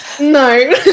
no